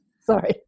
Sorry